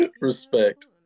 respect